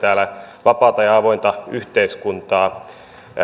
täällä vapaata ja avointa yhteiskuntaa